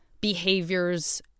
behaviors